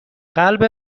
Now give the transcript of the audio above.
قلب